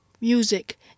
music